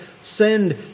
send